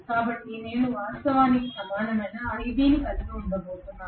కాబట్టి నేను వాస్తవానికి దీనికి సమానమైన iB ని కలిగి ఉండబోతున్నాను